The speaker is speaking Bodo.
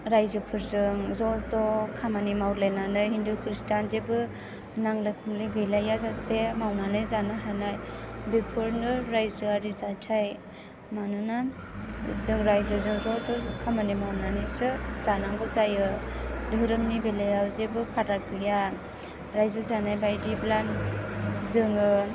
रायजोफोरजों ज' ज' खामानि मावलायनानै हिन्दु खृष्टान जेबो नांलाय खमलाय गैलाया जासे मावनानै जानो हानाय बिफोरनो रायजोआरि जाथाय मानोना जों रायजोजों ज' ज' खामानि मावनानैसो जानांगौ जायो दोहोरोमनि बेलायाव जेबो फाराग गैया रायजो जानाय बायदिब्ला जों